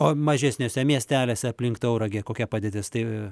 o mažesniuose miesteliuose aplink tauragę kokia padėtis tai